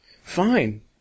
Fine